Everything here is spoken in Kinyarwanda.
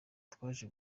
twaje